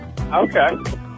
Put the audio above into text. Okay